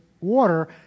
water